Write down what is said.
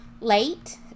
late